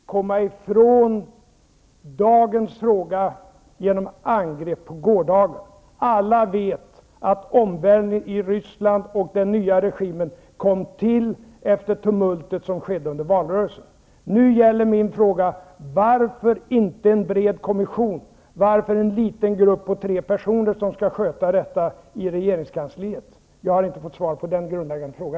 Fru talman! Nu kan inte Carl Bildt komma ifrån dagens fråga genom angrepp på gårdagen. Alla vet att omvälvningen i Ryssland och den nya regimen kom till efter tumultet, som ägde rum efter valrörelsen. Nu gäller min fråga: Varför inte en bred kommission? Varför en liten grupp på tre personer som skall sköta detta i regeringskansliet? Jag har inte fått svar på denna grundläggande fråga.